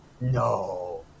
No